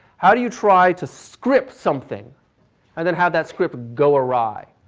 how do you try to script something and then have that script go awry.